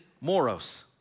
moros